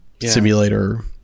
simulator